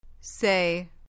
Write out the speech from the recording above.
Say